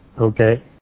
okay